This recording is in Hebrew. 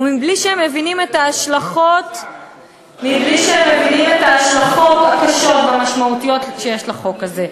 ובלי שהם מבינים את ההשלכות הקשות והמשמעותיות שיש לחוק הזה.